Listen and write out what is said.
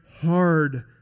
hard